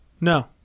No